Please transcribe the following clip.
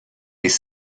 des